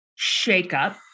shakeup